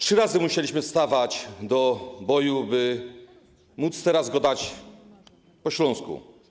Trzy razy musieliśmy stawać do boju, by móc teraz godać po śląsku.